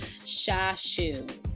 Shashu